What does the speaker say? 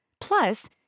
Plus